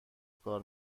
کار